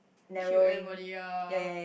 kill everybody ya